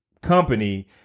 company